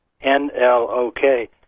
N-L-O-K